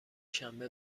شنبه